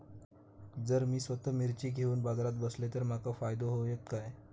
जर मी स्वतः मिर्ची घेवून बाजारात बसलय तर माका फायदो होयत काय?